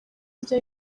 ibyo